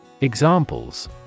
Examples